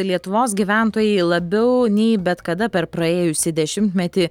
lietuvos gyventojai labiau nei bet kada per praėjusį dešimtmetį